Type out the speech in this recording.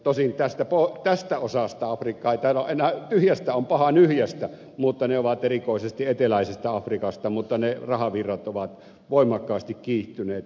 tosin tästä osasta afrikkaa ei taida niitä olla enää koska tyhjästä on paha nyhjästä mutta ne rahavirrat ovat erikoisesti eteläisestä afrikasta ja ne ovat voimakkaasti kiihtyneet